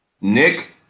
Nick